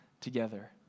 together